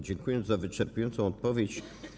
Dziękuję za wyczerpującą odpowiedź.